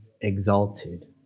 exalted